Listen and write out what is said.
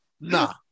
Nah